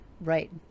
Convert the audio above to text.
Right